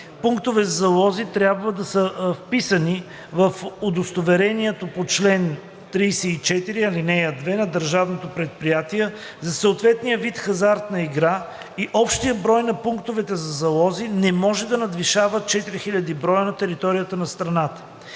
Пунктовете за залози трябва да са вписани в удостоверението по чл. 34, ал. 2 на държавното предприятие за съответния вид хазартна игра и общия брой на пунктовете за залози не може да надвишава 4000 броя за територията на страната.